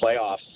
playoffs